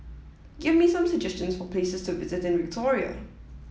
give me some suggestions for places to visit in Victoria